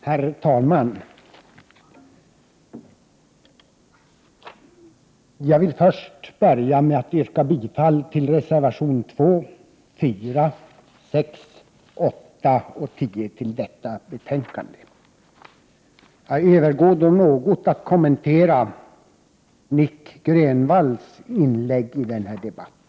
Herr talman! Jag vill först börja med att yrka bifall till reservationerna 2, 4, 6, 8 och 10 som är fogade till detta betänkande. Jag övergår sedan till att något kommentera Nic Grönvalls inlägg i denna debatt.